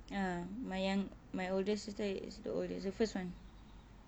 ah my young~ my older sister is the oldest the first one